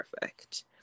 perfect